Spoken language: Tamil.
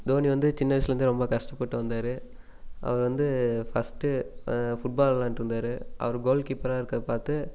தோனி வந்து சின்ன வயசுலருந்தே ரொம்ப கஷ்டப்பட்டு வந்தாரு அவர் வந்து ஃபர்ஸ்ட்டு ஃபுட்பால் விளையாண்ட்டு இருந்தார் அவர் கோல் கீப்பராக இருக்குறதை பார்த்து